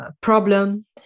problem